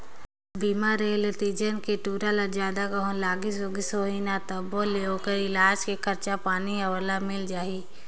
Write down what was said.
बीमा रेहे ले तीजन के टूरा ल जादा कहों लागिस उगिस होही न तभों ले ओखर इलाज के खरचा पानी हर ओला मिल जाही